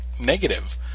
negative